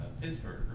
Pittsburgh